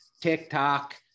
TikTok